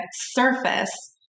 surface